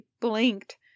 blinked